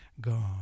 God